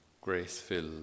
grace-filled